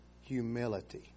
humility